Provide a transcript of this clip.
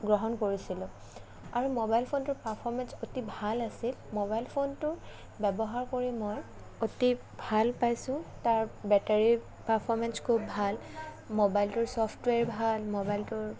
গ্ৰহণ কৰিছিলোঁ আৰু মোবাইল ফোনটো পাৰ্ফমেন্স অতি ভাল আছিল মোবাইল ফোনটো ব্য়ৱহাৰ কৰি মই অতি ভাল পাইছোঁ তাৰ বেটাৰী পাৰ্ফমেন্স খুব ভাল মোবাইলটো ছফ্টৱেৰ ভাল মোবাইলটোৰ